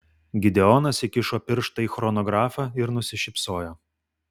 gideonas įkišo pirštą į chronografą ir nusišypsojo